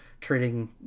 trading